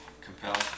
Compelled